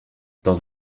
dans